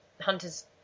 hunters